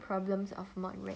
problems of module rag